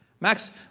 Max